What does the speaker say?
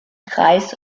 kreis